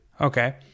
Okay